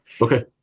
okay